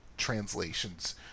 translations